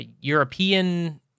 European